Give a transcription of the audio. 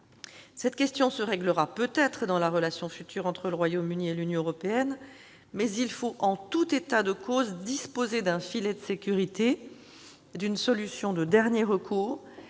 Cette question se réglera peut-être dans la relation future entre le Royaume-Uni et l'Union européenne, mais il faut en tout état de cause disposer d'un filet de sécurité, d'une solution de dernier recours,